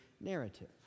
narrative